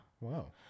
Wow